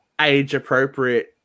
age-appropriate